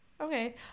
Okay